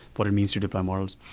what it means to deploy models.